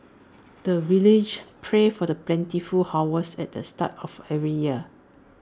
the villagers pray for the plentiful harvest at the start of every year